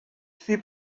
see